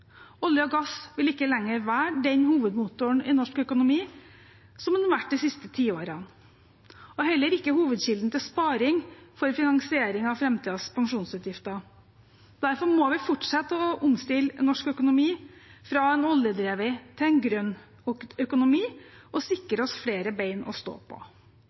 Olje og gass vil ikke lenger være den hovedmotoren i norsk økonomi som det har vært de siste tiårene, heller ikke hovedkilden til sparing for finansiering av framtidens pensjonsutgifter. Derfor må vi fortsette med å omstille norsk økonomi fra en oljedrevet til en grønn økonomi og sikre oss flere ben å stå på.